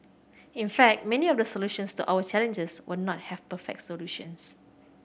in fact many of the solutions to our challenges will not have perfect solutions